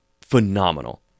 phenomenal